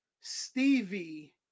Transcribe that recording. Stevie